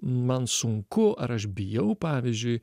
man sunku ar aš bijau pavyzdžiui